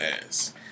ass